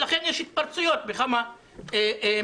לכן יש התפרצויות בכמה מקומות.